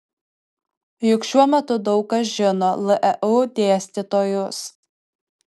juk šiuo metu daug kas žino leu dėstytojus